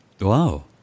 Wow